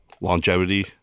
longevity